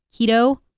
keto